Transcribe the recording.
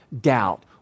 doubt